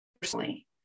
personally